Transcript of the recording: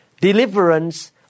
deliverance